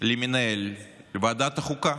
למנהל ועדת החוקה.